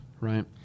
right